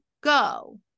go